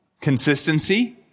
Consistency